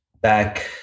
back